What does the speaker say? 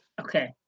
Okay